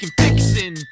fixin